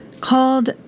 called